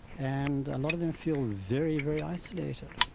and a lot of them feel very, very isolated,